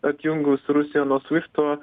atjungus rusiją nuo svifto